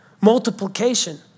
multiplication